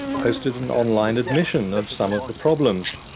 posted an online admission of some of the problems.